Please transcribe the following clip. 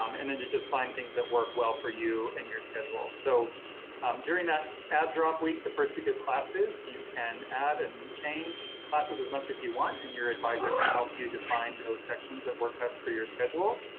um and then to just find things that work well for you and your schedule so during that add drop week the first week of classes, you can add and change classes as much as you want and your advisor can help you to find those sections that work best for your schedule.